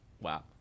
Wow